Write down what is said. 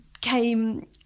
came